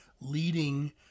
leading